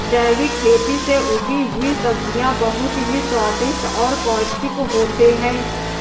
जैविक खेती से उगी हुई सब्जियां बहुत ही स्वादिष्ट और पौष्टिक होते हैं